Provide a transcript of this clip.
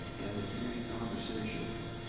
and the community conversation,